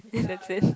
and that's it